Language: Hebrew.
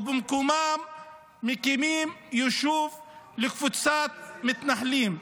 ובמקומם מקימים יישוב לקבוצת מתנחלים?